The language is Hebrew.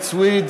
מי